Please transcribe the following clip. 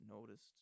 noticed